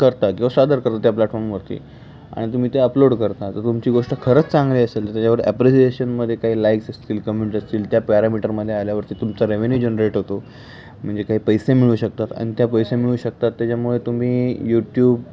करता किंवा सादर करता त्या प्लॅटफॉर्मवरती आणि तुम्ही ते अपलोड करता तर तुमची गोष्ट खरंच चांगली असेल तर त्याच्यावर ॲप्रिसिएशनमध्ये काही लाईक्स असतील कमेंट्स असतील त्या पॅरामिटरमध्ये आल्यावरती तुमचा रेव्हेन्यू जनरेट होतो म्हणजे काही पैसे मिळू शकतात आणि त्या पैसे मिळू शकतात त्याच्यामुळे तुम्ही यूट्यूब